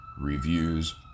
Reviews